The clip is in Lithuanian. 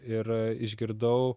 ir išgirdau